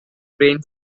brain